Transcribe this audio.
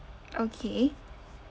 okay